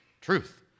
Truth